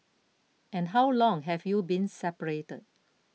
and how long have you been separated